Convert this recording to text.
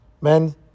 Men